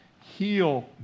heal